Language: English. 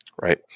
Right